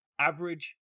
Average